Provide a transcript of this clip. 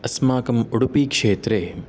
अस्माकम् उडुपि क्षेत्रे